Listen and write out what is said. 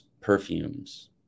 perfumes